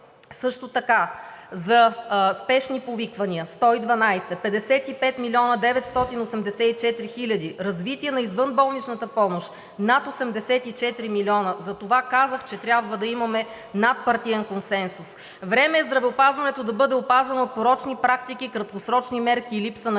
също така за спешни повиквания 112 – 55 милиона 984 хиляди; развитие на извънболничната помощ – над 84 милиона. Затова казах, че трябва да имаме надпартиен консенсус. Време е здравеопазването да бъде опазено от порочни практики, краткосрочни мерки и липса на